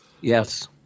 Yes